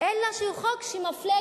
אלא שהוא חוק שמפלה,